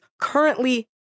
currently—